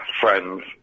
Friends